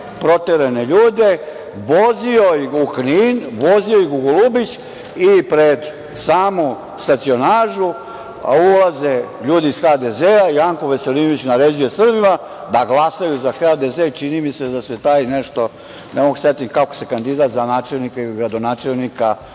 proterane ljude, vozio ih u Knin, vozio ih u Golubić i pred samu stacionažu ulaze ljudi iz HDZ, Janko Veselinović naređuje Srbima da glasaju za HDZ, čini mi se taj nešto… Ne mogu da se setim kako se kandidat za načelnika ili gradonačelnika u